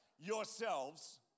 yourselves